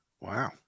Wow